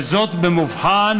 וזאת במובחן,